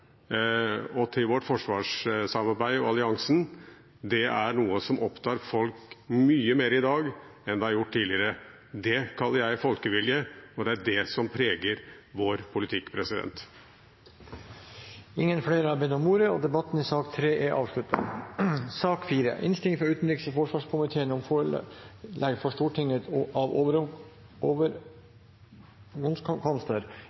til vårt forsvarssamarbeid og alliansen – er noe som opptar folk mye mer i dag enn det har gjort tidligere. Det kaller jeg folkevilje, og det er det som preger vår politikk. Flere har ikke bedt om ordet til sak nr. 3. Ingen har bedt om ordet. Etter ønske fra utenriks- og forsvarskomiteen vil presidenten foreslå at debatten blir begrenset til 1 time og